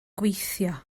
gweithio